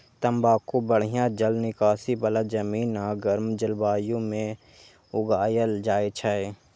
तंबाकू बढ़िया जल निकासी बला जमीन आ गर्म जलवायु मे उगायल जाइ छै